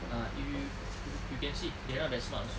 ah if you you can see they are not that smart also